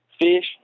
Fish